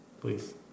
please